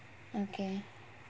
okay